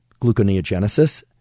gluconeogenesis